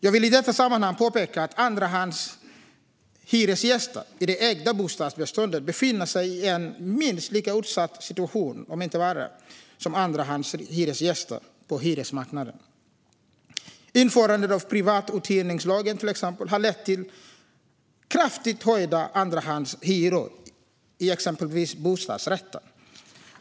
Jag vill i detta sammanhang påpeka att andrahandshyresgäster i det ägda bostadsbeståndet befinner sig i en minst lika utsatt situation, om inte värre, som andrahandshyresgäster på hyresmarknaden. Till exempel införandet av privatuthyrningslagen har lett till kraftigt höjda andrahandshyror i exempelvis bostadsrätter.